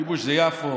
כיבוש זה יפו,